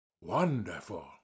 Wonderful